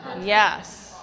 Yes